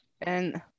And-